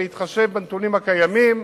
בהתחשב בנתונים הקיימים,